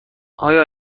آیا